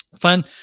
fun